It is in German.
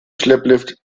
schlepplift